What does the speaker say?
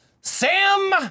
Sam